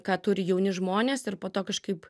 ką turi jauni žmonės ir po to kažkaip